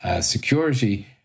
security